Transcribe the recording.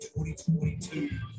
2022